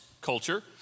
culture